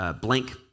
blank